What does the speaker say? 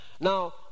Now